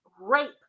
rape